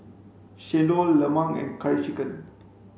chendol lemang and curry chicken